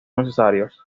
necesarios